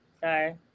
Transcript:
Sorry